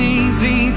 easy